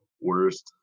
worst